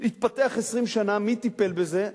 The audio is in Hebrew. התפתח 20 שנה, מי טיפל בזה?